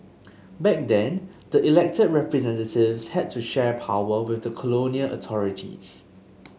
back then the elected representatives had to share power with the colonial authorities